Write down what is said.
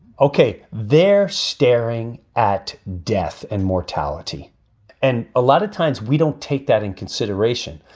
ok. they're staring at death and mortality and a lot of times we don't take that in consideration.